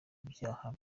ibyaha